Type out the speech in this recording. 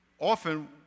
Often